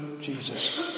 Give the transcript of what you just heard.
Jesus